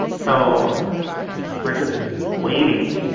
so we're just waiting